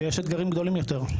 שיש אתגרים גדולים יותר.